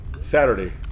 Saturday